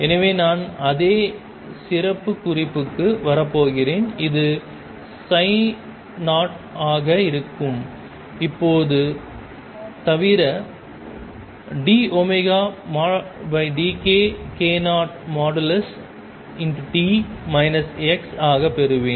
எனவே நான் அதே சிறப்புக் குறிப்புக்கு வரப்போகிறேன் இது 0 ஆக இருக்கும் இப்போது தவிர |dωdk|k0t x ஆக பெறுவேன்